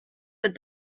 said